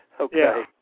Okay